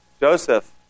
Joseph